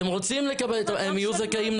היא תהיה זכאית.